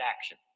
action